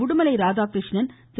Udumalai Radhakrishnan Thiru